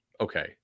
okay